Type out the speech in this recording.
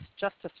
Justice